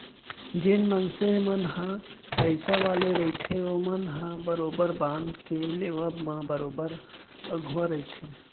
जेन मनसे मन ह पइसा वाले रहिथे ओमन ह बरोबर बांड के लेवब म बरोबर अघुवा रहिथे